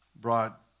brought